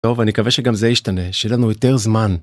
טוב, אני מקווה שגם זה ישתנה, שיהיה לנו יותר זמן.